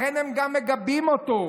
לכן הם גם מגבים אותו.